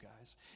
guys